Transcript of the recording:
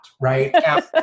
right